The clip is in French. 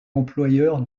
employeur